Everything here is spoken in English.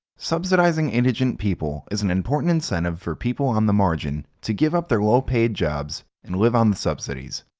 subsidizing indigent people is an important incentive for people on the margin to give up their low-paid jobs and live on the subsidies.